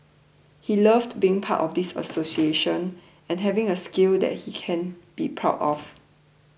he loved being part of this association and having a skill that he can be proud of